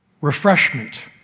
Refreshment